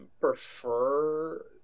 prefer